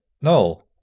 no